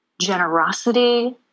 generosity